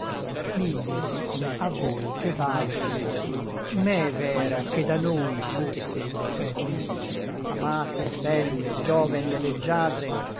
miseri a voi che vale me v'era che da noi fosse il defecto amate belle gioveni et leggiadre